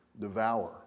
devour